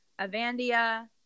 Avandia